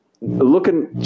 looking